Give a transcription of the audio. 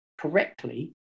correctly